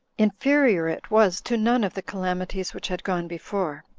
inferior it was to none of the calamities which had gone before,